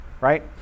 right